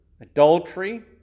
adultery